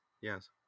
Yes